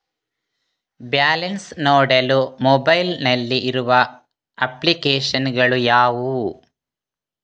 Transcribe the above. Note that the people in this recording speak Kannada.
ಬ್ಯಾಲೆನ್ಸ್ ನೋಡಲು ಮೊಬೈಲ್ ನಲ್ಲಿ ಇರುವ ಅಪ್ಲಿಕೇಶನ್ ಗಳು ಯಾವುವು?